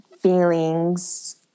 feelings